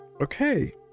okay